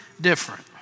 different